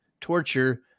torture